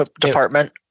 department